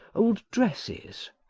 old dresses,